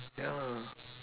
ya lah